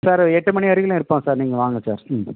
sir எட்டு மணி வரையிலையும் இருப்போம் சார் நீங்கள் வாங்க சார் ம்